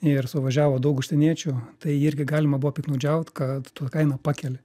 ir suvažiavo daug užsieniečių tai irgi galima buvo piktnaudžiaut kad tu kaina pakeli